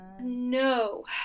No